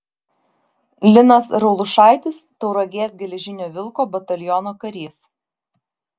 linas raulušaitis tauragės geležinio vilko bataliono karys